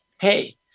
hey